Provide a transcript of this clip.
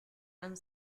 han